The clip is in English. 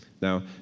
Now